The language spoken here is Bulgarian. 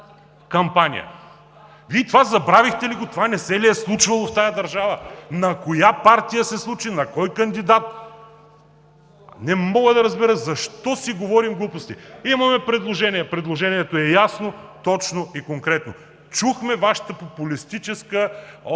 Вие това забравихте ли го? Не се ли е случвало в тази държава?! На коя партия се случи, на кой кандидат? Не мога да разбера защо си говорим глупости?! Имаме предложение, което е точно, ясно и конкретно. Чухме Вашите популистки опити